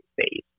space